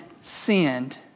sinned